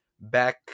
back